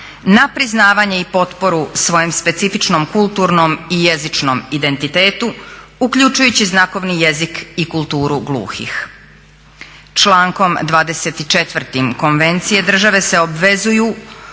na priznavanje i potporu svojim specifičnom kulturnom i jezičnom identitetu uključujući znakovni jezik i kulturu gluhih. Člankom 24. Konvencije države se obvezuju